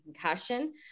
concussion